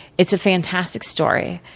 it's a fantastic story.